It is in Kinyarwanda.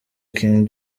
king